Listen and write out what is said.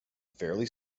fairly